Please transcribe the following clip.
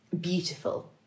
beautiful